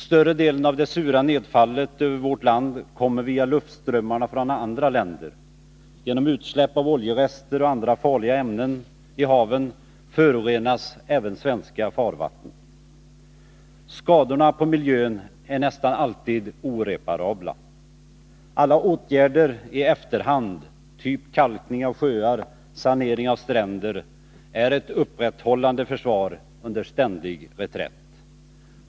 Större delen av det sura Nr 125 nedfallet över vårt land kommer via luftströmmarna från andra länder. Onsdagen den Genom utsläpp av oljerester och andra farliga ämnen i haven förorenas även 20 april 1983 svenska farvatten. Skadorna på miljön är nästan alltid oreparabla. Alla åtgärder i efterhand, som kalkning av sjöar och sanering av stränder, är ett upprätthållande försvar under ständig reträtt.